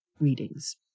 readings